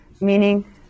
meaning